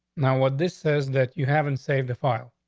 now what? this says that you haven't saved the file.